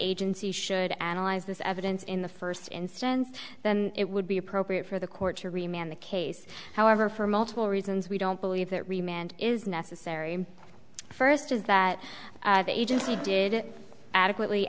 agency should analyze this evidence in the first instance then it would be appropriate for the court to remain on the case however for multiple reasons we don't believe that remained is necessary first is that the agency did adequately